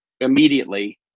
immediately